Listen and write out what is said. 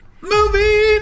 Movie